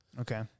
Okay